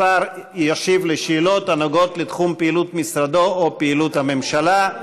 השר ישיב על שאלות הנוגעות לתחום פעילות משרדו או פעילות הממשלה.